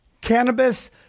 cannabis